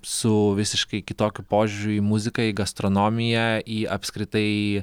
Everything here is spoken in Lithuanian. su visiškai kitokiu požiūriu į muziką į gastronomiją į apskritai